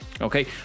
okay